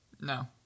no